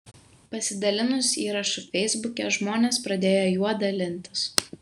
pasidalinus įrašu feisbuke žmonės pradėjo juo dalintis